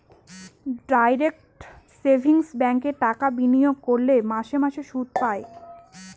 direct savings ব্যাঙ্কে টাকা বিনিয়োগ করলে মাসে মাসে সুদ পায়